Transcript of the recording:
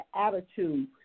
attitude